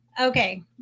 Okay